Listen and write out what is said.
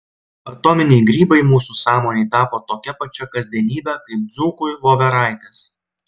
atominiai grybai mūsų sąmonei tapo tokia pačia kasdienybe kaip dzūkui voveraitės